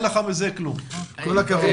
כל הכבוד.